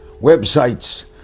websites